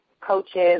coaches